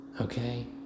okay